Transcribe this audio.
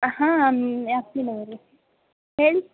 ಹಾಂ ಅವರು ಹೇಳಿ